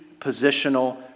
positional